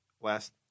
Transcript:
last